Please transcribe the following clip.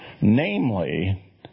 Namely